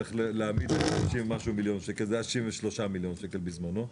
צריך להעמיד זה היה 63 מיליון שקל בזמנו,